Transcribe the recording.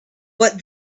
but